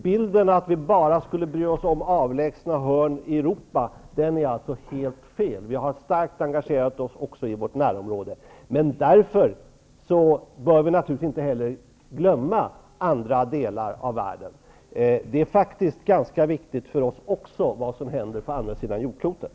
Bilden att vi skulle bry oss om bara avlägsna hörn i världen är alltså helt felaktig. Vi har starkt engagerat oss även i vårt närområde. Men för den skull bör vi naturligtvis inte heller glömma andra delar av världen. Det är faktiskt ganska viktigt för oss även vad som händer på andra sidan jordklotet.